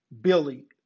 Billy